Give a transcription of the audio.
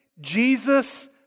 Jesus